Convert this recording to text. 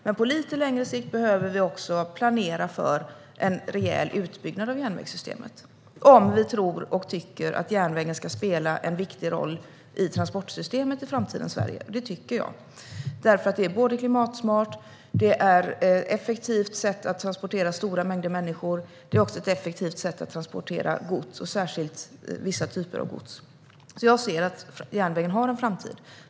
Men på lite längre sikt behöver vi också planera för en rejäl utbyggnad av järnvägssystemet, om vi tror och tycker att järnvägen ska spela en viktig roll i transportsystemet i framtidens Sverige. Det tycker jag, för det är ett klimatsmart och effektivt sätt att transportera stora mängder människor och även gods, särskilt vissa typer av gods. Jag ser alltså att järnvägen har en framtid.